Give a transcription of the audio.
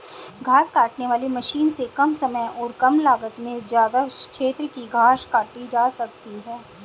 घास काटने वाली मशीन से कम समय और कम लागत में ज्यदा क्षेत्र की घास काटी जा सकती है